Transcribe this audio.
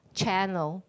channel